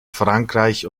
frankreich